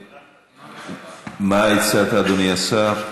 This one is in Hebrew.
מה הצעת, אדוני השר?